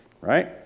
Right